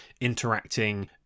interacting